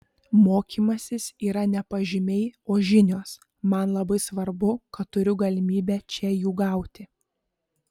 mokymasis yra ne pažymiai o žinios man labai svarbu kad turiu galimybę čia jų gauti